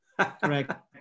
Correct